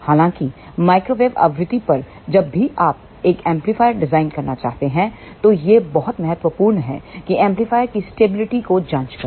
हालांकि माइक्रोवेव आवृत्ति पर जब भी आप एक एम्पलीफायर डिजाइन करना चाहते हैं तो यह बहुत महत्वपूर्ण है कि आप एम्पलीफायर की स्टेबिलिटी को जांच करें